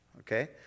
okay